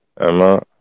Emma